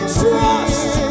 trust